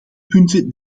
punten